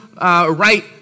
right